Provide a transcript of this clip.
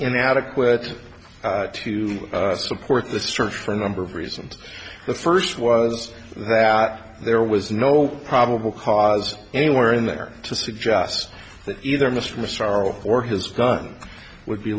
inadequate to support the search for a number of reasons the first was that there was no probable cause anywhere in there to suggest that either mr massaro or his gun would be